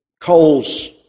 coals